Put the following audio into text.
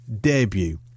debut